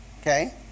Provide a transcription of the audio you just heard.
Okay